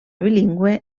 bilingüe